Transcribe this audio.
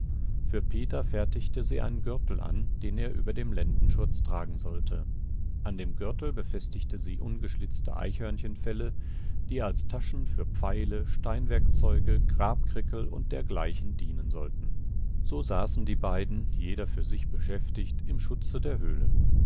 für peter fertigte sie einen gürtel an den er über dem lendenschurz tragen sollte an dem gürtel befestigte sie ungeschlitzte eichhörnchenfelle die als taschen für pfeile steinwerkzeuge grabkrickel und dergleichen dienen sollten so saßen die beiden jeder für sich beschäftigt im schutze der höhlen